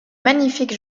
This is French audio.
magnifique